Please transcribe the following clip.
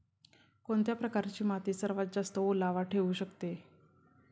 कोणत्या प्रकारची माती सर्वात जास्त ओलावा ठेवू शकते?